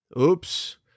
Oops